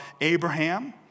Abraham